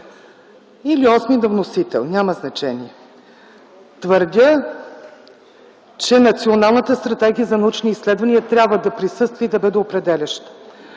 Или § 8 на вносителя, няма значение. Твърдя, че националната стратегия за научни изследвания трябва да присъства и да бъде определяща.